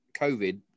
COVID